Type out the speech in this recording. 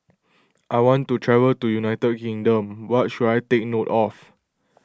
I want to travel to United Kingdom what should I take note of